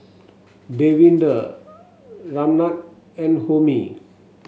Davinder Ramnath and Homi